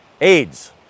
AIDS